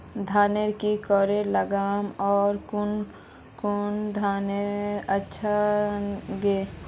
धानेर की करे लगाम ओर कौन कुंडा धानेर अच्छा गे?